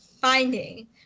finding